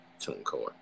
TuneCore